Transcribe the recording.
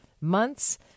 months